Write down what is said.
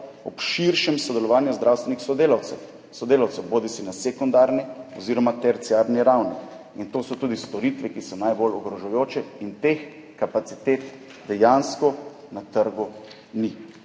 ob širšem sodelovanju zdravstvenih sodelavcev, sodelavcev bodisi na sekundarni bodisi na terciarni ravni, in to so tudi storitve, ki so najbolj ogrožajoče. Teh kapacitet dejansko na trgu ni.